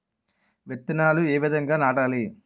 విత్తనాలు ఏ విధంగా నాటాలి?